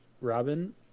Robin